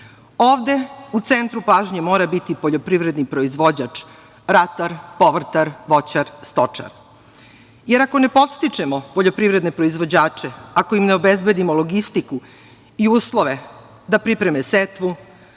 u centru pažnje mora biti poljoprivredni proizvođač ratar, povrtar, voćar, stočar, jer ako ne podstičemo poljoprivredne proizvođače, ako im ne obezbedimo logistiku i uslove, da pripreme setvu